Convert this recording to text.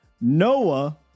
Noah